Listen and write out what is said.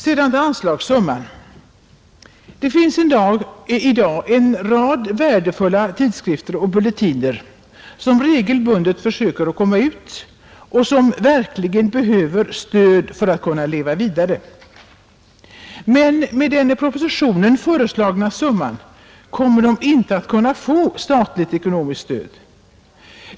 Sedan till anslagssumman., Det finns i dag en rad värdefulla tidskrifter och bulletiner, som försöker komma ut regelbundet och som verkligen behöver stöd för att kunna leva vidare. Men med den i propositionen föreslagna summan kommer de inte att kunna få statligt ekonomiskt stöd.